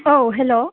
औ हेल्ल'